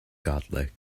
godlike